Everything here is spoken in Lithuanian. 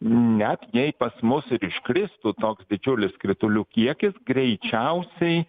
net jei pas mus ir iškristų toks didžiulis kritulių kiekis greičiausiai